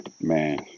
man